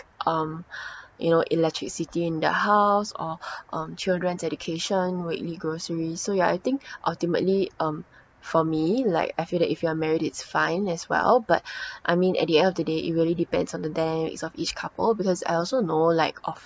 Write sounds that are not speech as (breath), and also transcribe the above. um (breath) you know electricity in the house or (breath) um children's education weekly groceries so ya I think ultimately um for me like I feel that if you are married it's fine as well but (breath) I mean at the end of the day it really depends on the dynamics of each couple because I also know like of